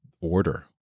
order